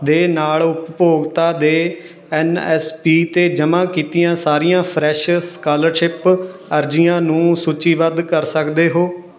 ਦੇ ਨਾਲ ਉਪਭੋਗਤਾ ਦੇ ਐੱਨ ਐੱਸ ਪੀ 'ਤੇ ਜਮ੍ਹਾਂ ਕੀਤੀਆਂ ਸਾਰੀਆਂ ਫਰੈਸ਼ ਸਕਾਲਰਸ਼ਿਪ ਅਰਜ਼ੀਆਂ ਨੂੰ ਸੂਚੀਬੱਧ ਕਰ ਸਕਦੇ ਹੋ